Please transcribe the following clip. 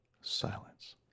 silence